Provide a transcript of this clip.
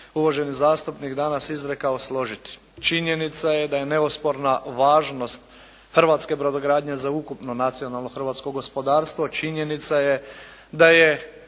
uvaženi zastupnik danas izrekao složiti. Činjenica je da je neosporna važnost hrvatske brodogradnje za ukupno nacionalno hrvatsko gospodarstvo, činjenica je da je